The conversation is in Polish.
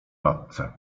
matce